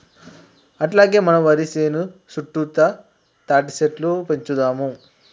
అట్లాగే మన వరి సేను సుట్టుతా తాటిసెట్లు పెంచుదాము